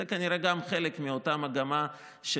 זה כנראה גם חלק מאותה מגמה של